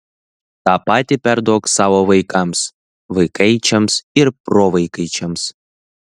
tą patį perduok savo vaikams vaikaičiams ir provaikaičiams